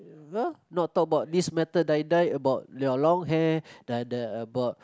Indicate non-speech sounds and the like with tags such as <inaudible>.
<noise> not talk about this metal die die about your long hair about